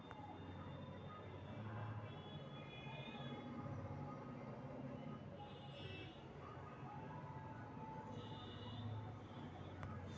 दुनिया में लगभग साठ परतिशत से जादा मसाला के आपूर्ति भारत अकेले करई छई